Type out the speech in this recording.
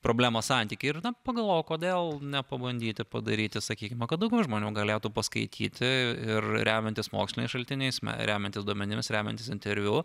problemos santykiai ir na pagalvojau kodėl nepabandyti padaryti sakykime kad daugiau žmonių galėtų paskaityti ir remiantis moksliniais šaltiniais remiantis duomenimis remiantis interviu